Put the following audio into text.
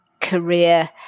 career